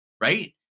Right